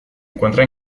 encuentra